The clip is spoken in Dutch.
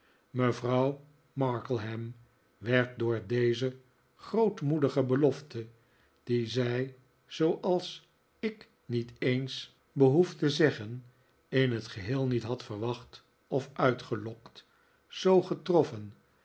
mevrouw markleham werd door deze grootmoedige belofte die zij zooals ik niet eens behoef te zeggen in t geheel niet had verwacht of uitgelokt zoo getroffen